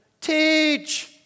teach